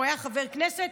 הוא היה חבר כנסת,